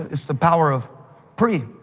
it's the power of pre.